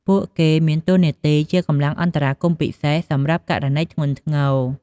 ពួកគេមានតួនាទីជាកម្លាំងអន្តរាគមន៍ពិសេសសម្រាប់ករណីធ្ងន់ធ្ងរ។